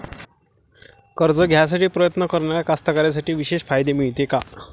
कर्ज घ्यासाठी प्रयत्न करणाऱ्या कास्तकाराइसाठी विशेष फायदे मिळते का?